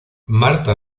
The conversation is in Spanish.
marta